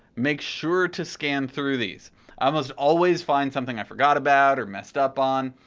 make sure to scan through these. i almost always find something i forgot about or messed up on.